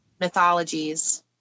mythologies